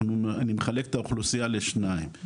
אני מחלק את האוכלוסייה לשניים,